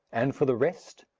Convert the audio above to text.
and for the rest,